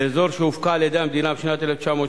באזור שהופקע על-ידי המדינה בשנת 1976